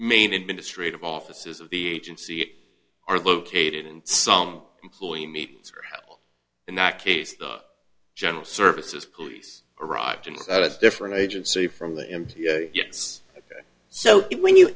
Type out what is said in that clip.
main administrative offices of the agency are located and some employee meet in that case the general services police arrived in a different agency from the m t a yes so when you